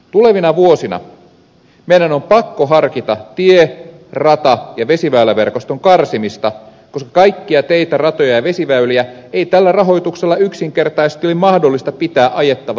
tulevina vuosina meidän on pakko harkita tie rata ja vesiväyläverkoston karsimista koska kaikkia teitä ratoja ja vesiväyliä ei tällä rahoituksella yksinkertaisesti ole mahdollista pitää ajettavassa kunnossa